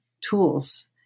tools